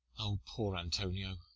o poor antonio,